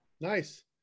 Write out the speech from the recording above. Nice